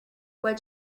what